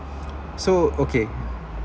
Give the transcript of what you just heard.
so okay